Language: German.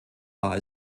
war